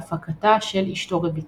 בהפקתה של אשתו רויטל.